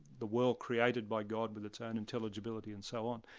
the world created by god with its own intelligibility and so on,